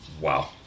wow